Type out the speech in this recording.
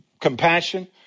compassion